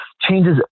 changes